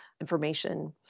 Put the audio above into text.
information